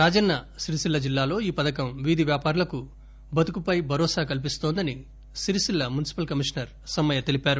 రాజన్న సిరిసిల్ల జిల్లాలో ఈ పథకం వీధి వ్యాపారులకు బ్రతుకు పై భరోసా కల్పిస్తోందని Sircilla municipal commissioner Sammaiah తెలిపారు